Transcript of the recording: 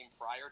prior